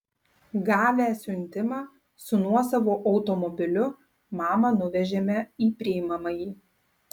gavę siuntimą su nuosavu automobiliu mamą nuvežėme į priimamąjį